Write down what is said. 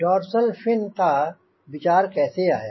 dorsal fin का विचार कैसे आया